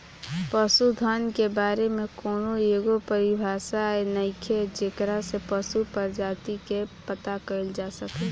पशुधन के बारे में कौनो एगो परिभाषा नइखे जेकरा से पशु प्रजाति के पता कईल जा सके